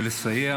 לסייע